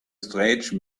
strange